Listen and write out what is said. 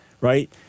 right